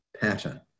pattern